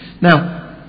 Now